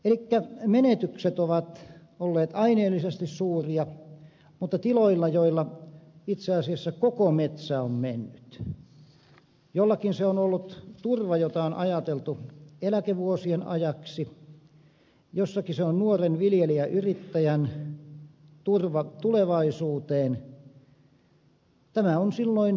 elikkä menetykset ovat olleet aineellisesti suuria mutta tiloilla joilla itse asiassa koko metsä on mennyt joillakin se on ollut turva jota on ajateltu eläkevuosien ajaksi jossakin se on nuoren viljelijäyrittäjän turva tulevaisuuteen tämä turva on silloin kadonnut